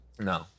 No